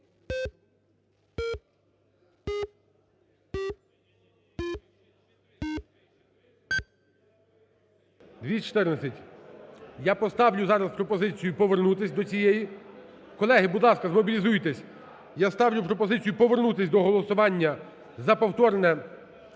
За-214 Я поставлю зараз пропозицію повернутись до цієї… Колеги, будь ласка, змобілізуйтесь. Я ставлю пропозицію повернутись до голосування за повторне